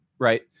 right